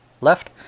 left